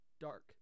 dark